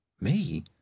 Me